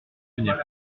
tenir